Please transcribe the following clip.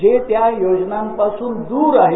जे त्या योजना पासून दुर आहेत